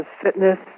fitness